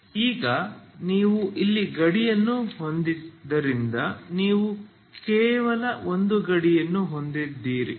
ಈಗ ನೀವು ಇಲ್ಲಿ ಗಡಿಯನ್ನು ಹೊಂದಿದ್ದರಿಂದ ನೀವು ಕೇವಲ ಒಂದು ಗಡಿಯನ್ನು ಹೊಂದಿದ್ದೀರಿ